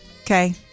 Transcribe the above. Okay